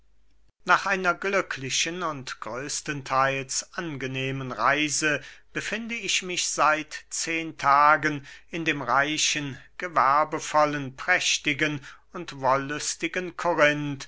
nach einer glücklichen und größten theils angenehmen reise befinde ich mich seit zehn tagen in dem reichen gewerbevollen prächtigen und